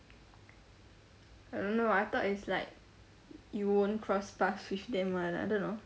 I don't know I thought it's like you won't cross paths with them [one] I don't know